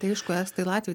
tai aišku estai latviai